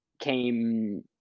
came